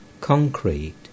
Concrete